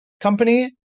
company